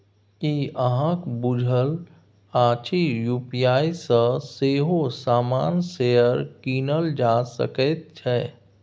की अहाँक बुझल अछि यू.पी.आई सँ सेहो सामान्य शेयर कीनल जा सकैत छै?